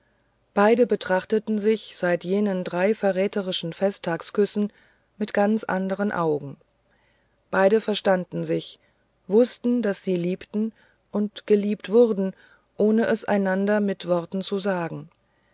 beide betrachtete sich seit jenen drei verräterischen festtagsküssen mit ganz anderen augen beide verstanden sich wußten daß sie liebten und geliebt wurden ohne es weiter einander mit worten zu sagen